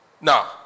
Now